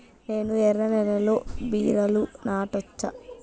నేను ఎర్ర నేలలో బీరలు నాటచ్చా?